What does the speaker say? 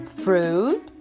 fruit